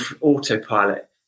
autopilot